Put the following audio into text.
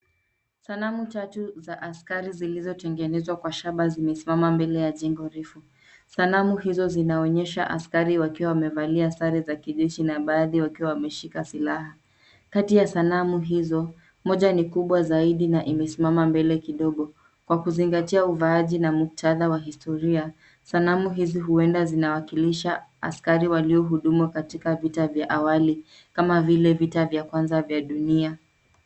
Sanamu tatu za askari zilizotengenezwa kwa shaba zimesimama mbele ya jengo refu. Sanamu hizo zinaonyesha askari wakiwa wamevalia sare za kijeshi na baadhi wakiwa wameshika silaha. Kati ya sanamu hizo, moja ni kubwa zaidi na imesimama mbele kidogo. Kwa kuzingatia uvaaji na muktadha wa historia, sanamu hizi huenda zinawakilisha askari waliohudumu katika vita vya awali kama vile vita vya kwanza vya dunia.